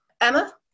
Emma